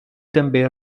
també